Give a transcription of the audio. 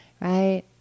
Right